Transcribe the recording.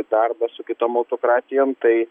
darbą su kitom autokratijomtai